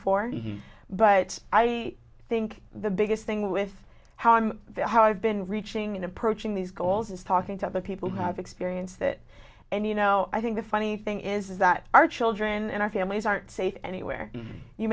for but i think the biggest thing with how i'm how i've been reaching in approaching these goals and talking to other people who have experienced it and you know i think the funny thing is that our children and our families aren't safe anywhere you